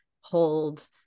hold